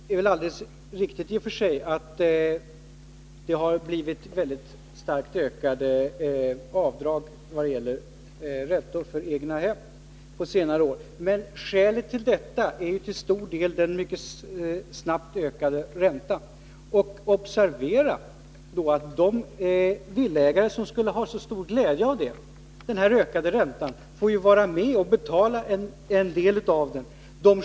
Herr talman! Det är i och för sig helt riktigt att avdragen under senare år har ökat väldigt kraftigt när det gäller räntor för egnahem. Men skälet till detta är till stor del den mycket snabbt ökade räntan. Observera att de villaägare som skulle ha så stor glädje av den ökade räntan får vara med och betala en del härav.